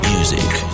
Music